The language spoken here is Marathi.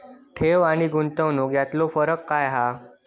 ठेव आनी गुंतवणूक यातलो फरक काय हा?